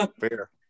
Fair